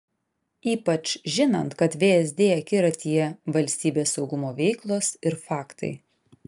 ypač žinant kad vsd akiratyje valstybės saugumo veiklos ir faktai